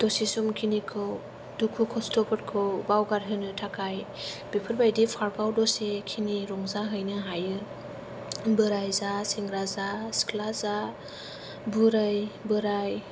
दसे सम खिनिखौ दुखु खस्थ'फोरखौ बावगारहोनो थाखाय बेफोरबायदि पार्काव दसेखिनि रंजाहैनो हायो बोराय जा सेंग्रा जा सिख्ला जा बुरै बोराय